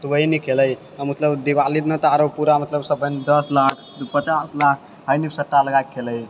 तऽ वही ने खेलै हय मतलब दिवाली दिन तऽ आरो पूरा मतलब सभे दस लाख पचास लाख आय नी सट्टा लगा कऽ खेलै हय